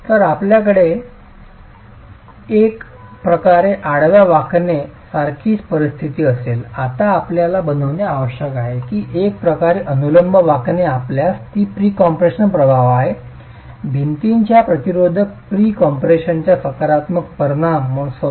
तर आपल्याकडे एक प्रकारे आडव्या वाकणे सारखीच परिस्थिती असेल आता आपल्याला बनवणे आवश्यक आहे की एक प्रकारे अनुलंब वाकणे आपल्यास प्री कॉम्प्रेशनचा प्रभाव आहे भिंतीच्या प्रतिरोधनावर प्री कॉम्प्रेशनचा सकारात्मक परिणाम स्वतः